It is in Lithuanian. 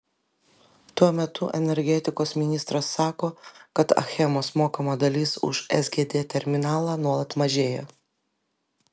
tuo metu energetikos ministras sako kad achemos mokama dalis už sgd terminalą nuolat mažėja